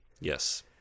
Yes